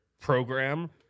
program